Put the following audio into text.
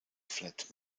flat